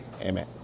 Amen